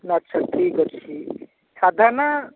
ଆଚ୍ଛା ଠିକ୍ ଅଛି ଠିକ୍ ଅଛି ସାଧା ନା